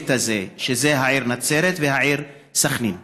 הפרויקט הזה, העיר נצרת והעיר סח'נין,